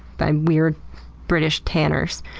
by weird british tanners.